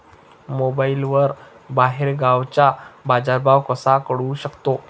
मोबाईलवर बाहेरगावचा बाजारभाव कसा कळू शकतो?